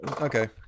Okay